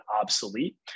obsolete